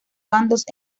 bandos